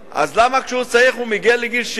אז למה כשהוא צריך, והוא מגיע לגיל 70,